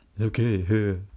Okay